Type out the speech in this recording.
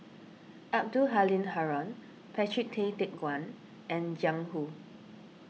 Abdul Halim Haron Patrick Tay Teck Guan and Jiang Hu